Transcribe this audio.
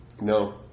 no